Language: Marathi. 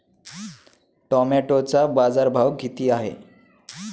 टोमॅटोचा बाजारभाव किती आहे?